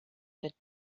that